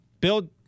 Bill